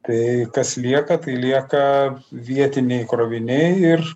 tai kas lieka tai lieka vietiniai kroviniai ir